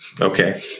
Okay